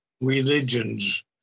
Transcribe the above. religions